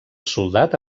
soldat